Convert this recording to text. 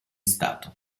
stato